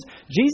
Jesus